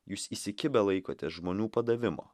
jūs įsikibę laikotės žmonių padavimo